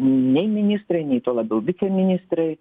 nei ministrai nei tuo labiau viceministrai